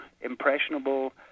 impressionable